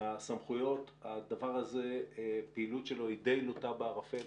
הסמכויות הפעילות שלו היא די לוטה בערפל.